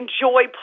enjoy